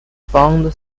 found